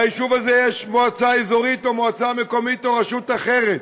ליישוב הזה יש מועצה אזורית או מועצה מקומית או רשות אחרת,